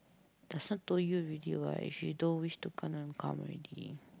just now told you already what if you don't wish to then don't come already